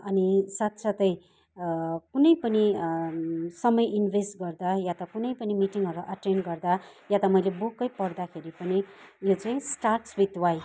अनि साथ साथै कुनै पनि समय इन्भेस्ट गर्दा या त कुनै पनि मिटिङ्गहरू अटेन गर्दा या त मैले बुकै पढ्दाखेरि पनि स्टार्ट्स वित वाइ